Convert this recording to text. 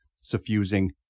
suffusing